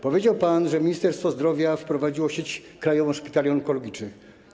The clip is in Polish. Powiedział pan, że Ministerstwo Zdrowia wprowadziło sieć krajową szpitali onkologicznych.